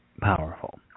powerful